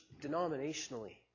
denominationally